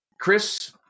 Chris